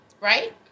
Right